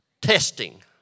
testing